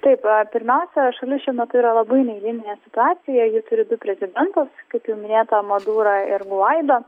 taip a pirmiausia šalis šiuo metu yra labai neeilinėje situacijoje ji turi du prezidentus kaip jau minėta madurą ir gvaido